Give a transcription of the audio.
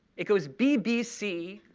it goes bbc,